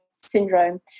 syndrome